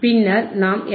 பின்னர் நாம் எஃப்